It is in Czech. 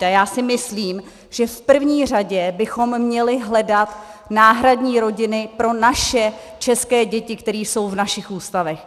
A já si myslím, že v první řadě bychom měli hledat náhradní rodiny pro naše české děti, které jsou v našich ústavech.